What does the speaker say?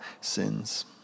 sins